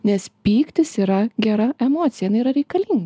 nes pyktis yra gera emocija inai yra reikalin